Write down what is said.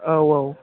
औ औ